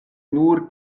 nur